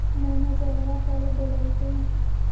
मैनेजरवा कल बोलैलके है?